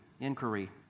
inquiry